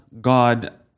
God